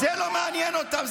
זה לא מעניין אותם.